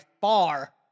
far